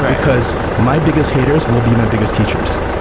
because my biggest haters will be my biggest teachers.